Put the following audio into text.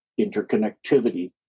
interconnectivity